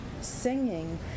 singing